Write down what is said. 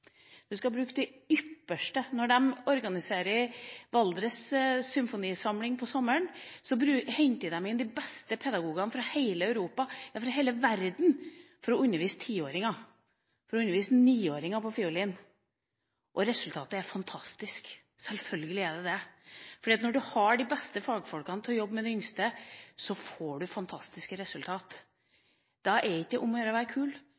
Du skal bruke de ypperste. Når de organiserer Valdres Sommersymfoni, henter de inn de beste pedagogene fra hele Europa – ja, fra hele verden – for å undervise niåringer på fiolin. Resultatet er fantastisk, selvfølgelig er det det. Når du har de beste fagfolkene til å jobbe med de yngste, får du fantastiske resultater. Da er det ikke om å gjøre å være kul,